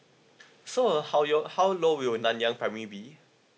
so uh how you all how low will nanyang primary be